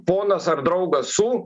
ponas ar draugas su